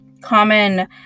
common